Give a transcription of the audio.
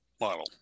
model